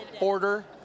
Order